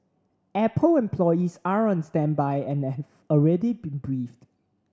apple employees are on standby and have already been briefed